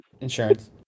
Insurance